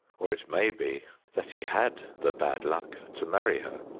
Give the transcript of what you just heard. or it may be that he had the bad luck to marry her.